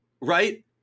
right